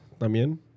también